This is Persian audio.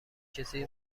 کسی